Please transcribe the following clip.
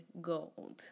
Gold